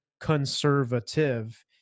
conservative